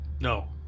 no